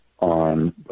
on